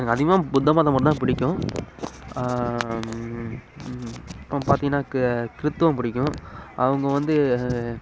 எனக்கு அதிகமாக புத்த மதம் மட்டும்தான் பிடிக்கும் அப்புறம் பார்த்திங்கன்னா க் கிறித்தவம் பிடிக்கும் அவங்க வந்து